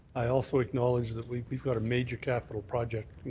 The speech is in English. i also acknowledge that we've we've got a major capital project